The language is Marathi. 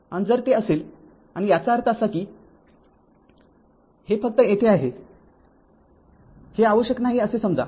आणि जर ते असेल आणि याचा अर्थ असा की हे फक्त Vs आहे हे आवश्यक नाही असे समजा